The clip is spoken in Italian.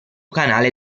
canale